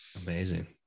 amazing